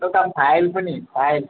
एउटा फाइल पनि फाइल